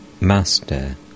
Master